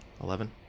Eleven